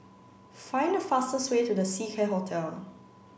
find the fastest way to The Seacare Hotel